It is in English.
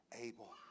able